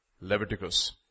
Leviticus